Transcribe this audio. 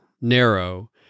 narrow